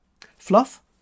Fluff